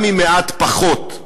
גם אם מעט פחות,